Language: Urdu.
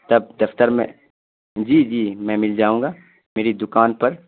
تب دفتر میں جی جی میں مل جاؤں گا میری دکان پر